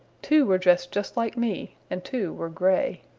two were dressed just like me and two were gray.